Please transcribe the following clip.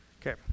Okay